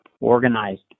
organized